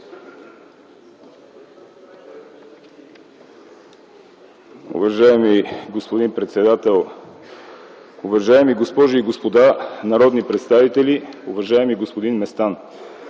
Уважаеми господин председател, уважаеми госпожи и господа народни представители, уважаеми господин Местан!